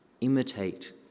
imitate